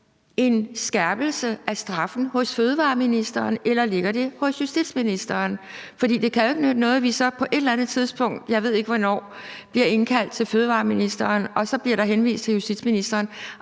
en skærpelse af straffen hos fødevareministeren, eller ligger den hos justitsministeren? For det kan jo ikke nytte noget, at vi så på et eller andet tidspunkt – jeg ved ikke hvornår – bliver indkaldt af fødevareministeren, og så bliver der henvist til justitsministeren.